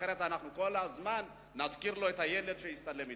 אחרת כל הזמן אנחנו נזכיר לו את הילד שהוא הצטלם אתו.